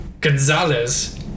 Gonzalez